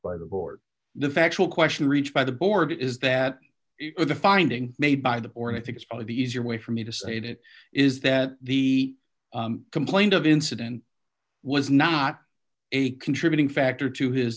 by the board the factual question reached by the board is that the finding made by the board i think is probably the easier way for me to say it it is that the complaint of incident was not a contributing factor to his